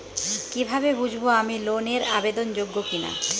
কীভাবে বুঝব আমি লোন এর আবেদন যোগ্য কিনা?